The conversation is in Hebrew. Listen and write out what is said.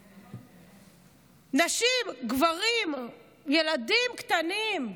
נשים, גברים וילדים קטנים,